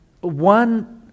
one